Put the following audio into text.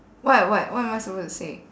what what what am I supposed to say